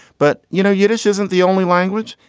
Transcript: but, you know, yiddish isn't the only language.